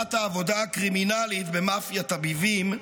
מחלוקת העבודה הקרימינלית במאפיית הביבים,